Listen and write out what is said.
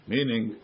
Meaning